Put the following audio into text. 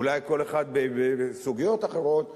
אולי כל אחד בסוגיות אחרות,